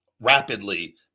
rapidly